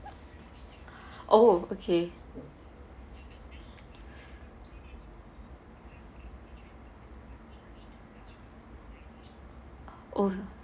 oh okay oh